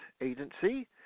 Agency